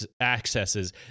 accesses